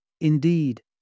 Indeed